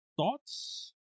thoughts